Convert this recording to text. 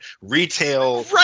retail